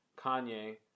Kanye